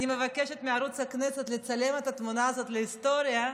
אני מבקשת מערוץ הכנסת לצלם את התמונה הזאת להיסטוריה,